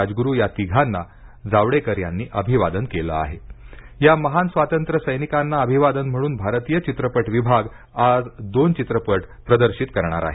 राजगुरू या तिघांना जावडेकर यांनी अभिवादन केलं आहे या महान स्वातंत्र्यसैनिकांना अभिवादन म्हणून भारतीय चित्रपट विभाग आज दोन चित्रपट प्रदर्शित करणार आहे